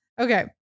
Okay